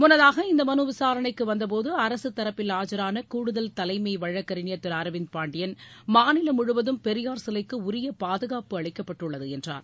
முன்னதாக இந்த மனு விசாரணைக்கு வந்தபோது அரசு தரப்பில் ஆஜரான கூடுதல் தலைமை வழக்கறிஞர் அரவிந்த் பாண்டியன் மாநிலம் முழுவதும் பெரியார் சிலைக்கு உரிய பாதுகாப்பு அளிக்கப்பட்டுள்ளது என்றார்